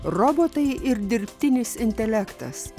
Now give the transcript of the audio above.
robotai ir dirbtinis intelektas